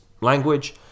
language